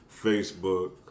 Facebook